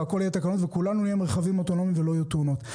ולכל יהיו תקנות וכולנו נהיה עם רכבים אוטונומיים ולא יהיו תאונות.